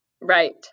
Right